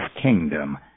kingdom